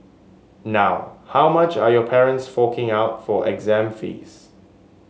now how much are your parents forking out for exam fees